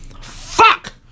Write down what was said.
Fuck